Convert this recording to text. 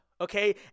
okay